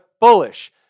bullish